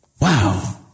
Wow